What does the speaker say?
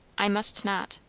i must not.